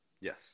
Yes